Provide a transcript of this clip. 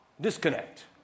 disconnect